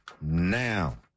now